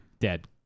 dead